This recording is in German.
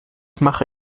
mache